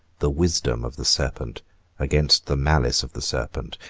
the wisdom of the serpent against the malice of the serpent,